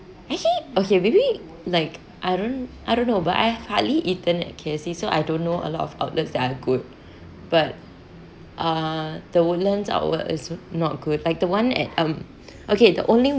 actually okay maybe like I don't I don't know but I have hardly eaten at K_F_C so I don't know a lot of outlets that are good but uh the woodlands outlet is not good like the one at um okay the only